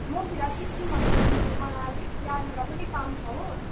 म फिलहाल सिक्किममा छु अनिखेरि मलाई अलिक यहाँनिर पनि काम छ हो